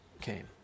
came